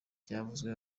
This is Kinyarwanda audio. byavuzwe